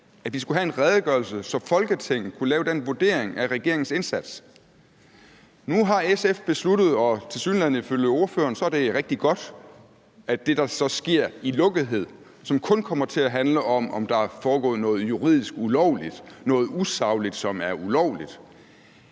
at vi skulle have en redegørelse, så Folketinget kunne lave den vurdering af regeringens indsats. Nu har SF besluttet, og det er ifølge ordføreren tilsyneladende rigtig godt, at det så sker i lukkethed, og at det kun kommer til at handle om, om der er foregået noget juridisk ulovligt; noget usagligt, som er ulovligt.